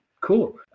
cool